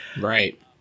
Right